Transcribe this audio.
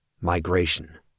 Migration